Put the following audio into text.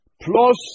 plus